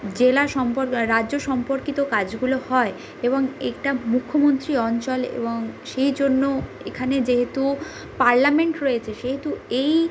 জেলা সম্পর রাজ্য সম্পর্কিত কাজগুলো হয় এবং এটা মুখ্যমন্ত্রী অঞ্চল এবং সেই জন্য এখানে যেহেতু পার্লামেন্ট রয়েছে সেহেতু এই